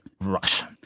Russia